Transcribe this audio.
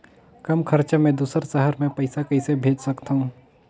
कम खरचा मे दुसर शहर मे पईसा कइसे भेज सकथव?